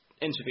interview